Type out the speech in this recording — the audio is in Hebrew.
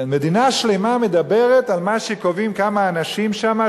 מדינה שלמה מדברת על מה שקובעים כמה אנשים שם,